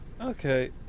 Okay